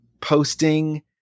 posting